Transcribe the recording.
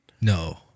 no